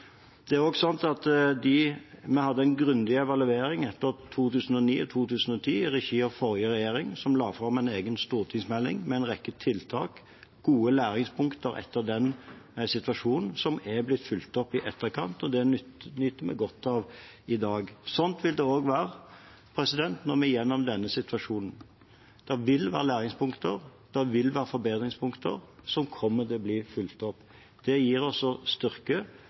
Vi hadde også en grundig evaluering etter 2009 og 2010 i regi av forrige regjering, som la fram en egen stortingsmelding med en rekke tiltak og gode læringspunkter etter den situasjonen, som er blitt fulgt opp i etterkant. Det nyter vi godt av i dag. Slik vil det også være når vi er igjennom denne situasjonen. Det vil være læringspunkter, og det vil være forbedringspunkter som kommer til å bli fulgt opp. Det gir oss styrke